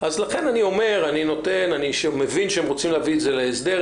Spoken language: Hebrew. אני מבין שהם רוצים להביא את זה להסדר.